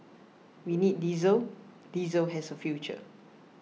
we need diesel diesel has a future